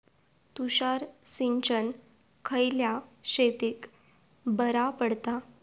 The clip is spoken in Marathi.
तुषार सिंचन खयल्या शेतीक बरा पडता?